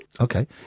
Okay